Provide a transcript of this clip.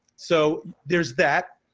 so there's that.